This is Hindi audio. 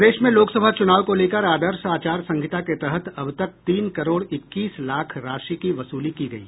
प्रदेश में लोकसभा चुनाव को लेकर आदर्श आचार संहिता के तहत अब तक तीन करोड़ इक्कीस लाख राशि की वसूली की गयी